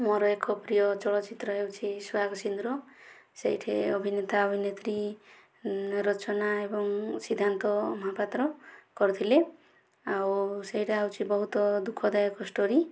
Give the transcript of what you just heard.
ମୋର ଏକ ପ୍ରିୟ ଚଳଚିତ୍ର ହେଉଛି ସୁହାଗ ସିନ୍ଦୂର ସେଇଠେ ଅଭିନେତା ଅଭିନେତ୍ରୀ ରଚନା ଏବଂ ସିଦ୍ଧାନ୍ତ ମହାପାତ୍ର କରିଥିଲେ ଆଉ ସେଇଟା ହେଉଛି ବହୁତ ଦୁଃଖଦାୟକ ଷ୍ଟୋରି